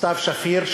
סתיו שפיר,